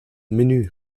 menü